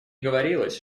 говорилось